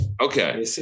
Okay